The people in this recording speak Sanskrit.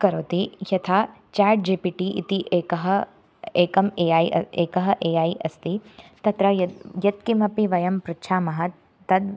करोति यथा चेट् जि पि टि इति एकः एकम् ए ऐ एकः ए ऐ अस्ति तत्र यत् यत्किमपि वयं पृच्छामः तद्